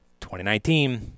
2019